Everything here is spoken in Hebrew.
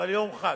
אבל יום חג.